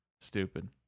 stupid